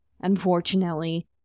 Unfortunately